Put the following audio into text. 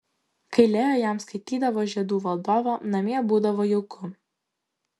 kai leo jam skaitydavo žiedų valdovą namie būdavo jauku